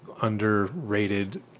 underrated